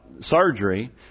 surgery